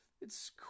It's